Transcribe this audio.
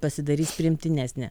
pasidarys priimtinesnė